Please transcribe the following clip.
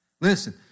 Listen